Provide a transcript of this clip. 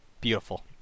Beautiful